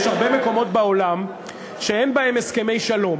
יש הרבה מקומות בעולם שאין בהם הסכמי שלום.